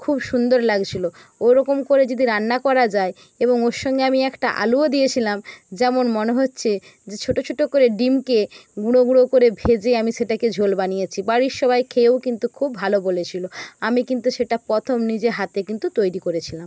খুব সুন্দর লাগছিলো ওরকম করে যদি রান্না করা যায় এবং ওর সঙ্গে আমি একটা আলুও দিয়েছিলাম যেমন মনে হচ্ছে যে ছোটো ছোটো করে ডিমকে গুঁড়ো গুঁড়ো করে ভেজে আমি সেটাকে ঝোল বানিয়েছি বাড়ির সবাই খেয়েও কিন্তু খুব ভালো বলেছিলো আমি কিন্তু সেটা প্রথম নিজের হাতে কিন্তু তৈরি করেছিলাম